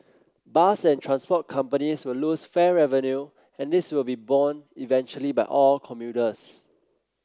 bus and transport companies will lose fare revenue and this will be borne eventually by all commuters